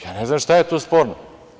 Ja ne znam šta je tu sporno?